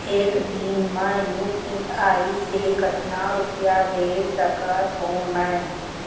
एक दिन म यू.पी.आई से कतना रुपिया भेज सकत हो मैं?